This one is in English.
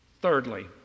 Thirdly